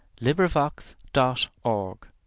LibriVox.org